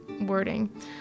wording